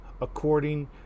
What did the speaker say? according